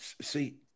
see